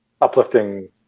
uplifting